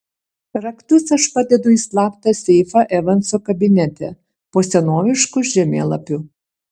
raktus aš padedu į slaptą seifą evanso kabinete po senovišku žemėlapiu